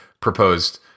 proposed